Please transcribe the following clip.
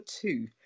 two